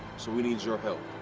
so we need your help.